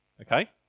Okay